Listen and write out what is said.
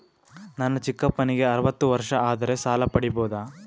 ನನ್ನ ಚಿಕ್ಕಪ್ಪನಿಗೆ ಅರವತ್ತು ವರ್ಷ ಆದರೆ ಸಾಲ ಪಡಿಬೋದ?